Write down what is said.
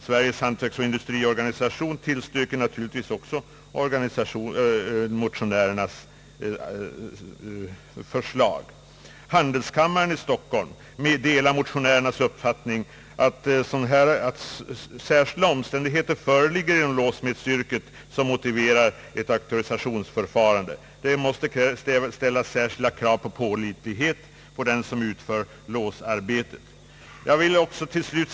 Sveriges hantverksoch industriorganisation tillstyrker naturligtvis också motionärernas förslag. Stockholms handelskammare delar motionärernas uppfattning att sådana särskilda omständigheter föreligger inom låssmedsyrket som motiverar ett auktorisationsförfarande. Särskilda krav på pålitlighet måste ställas på den som utför låsarbeten, tillägger handelskammaren.